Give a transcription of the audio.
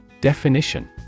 Definition